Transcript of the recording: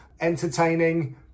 entertaining